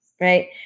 right